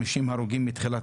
50 הרוגים מתחילת